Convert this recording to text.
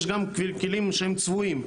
יש גם כלים שהם צבועים,